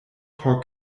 por